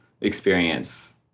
experience